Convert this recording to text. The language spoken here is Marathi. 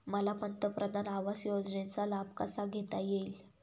मला पंतप्रधान आवास योजनेचा लाभ कसा घेता येईल?